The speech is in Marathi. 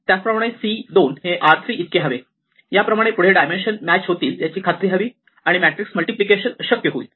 त्याचप्रमाणे c 2 हे r 3 इतके हवे याप्रमाणे पुढे डायमेन्शन मॅच होतील याची खात्री हवी आणि मॅट्रिक्स मल्टिप्लिकेशन शक्य होईल